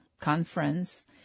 conference